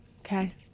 Okay